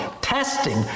testing